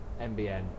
MBN